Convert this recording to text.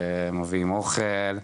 ומביאים אוכל,